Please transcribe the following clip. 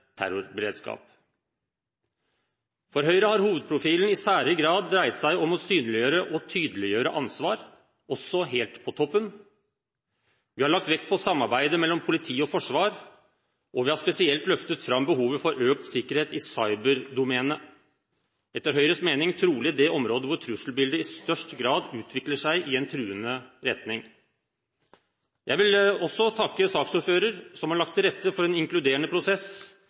For Høyre har hovedprofilen i særlig grad dreiet seg om å synliggjøre og tydeliggjøre ansvar – også helt på toppen. Vi har lagt vekt på samarbeidet mellom politi og forsvar. Og vi har spesielt løftet fram behovet for økt sikkerhet i cyberdomenet – etter Høyres mening trolig det området hvor trusselbildet i størst grad utvikler seg i en truende retning. Jeg vil takke saksordføreren, som har lagt til rette for en inkluderende prosess